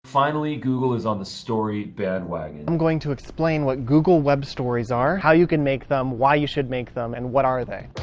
finally, google is on the story bandwagon. i'm going to explain what google web stories are, how you can make them, why you should make them, and what are they.